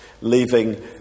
leaving